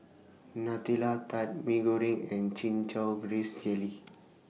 Nutella Tart Mee Goreng and Chin Chow Grass Jelly